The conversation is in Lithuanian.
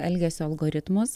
elgesio algoritmus